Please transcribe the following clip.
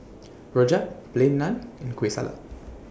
Rojak Plain Naan and Kueh Salat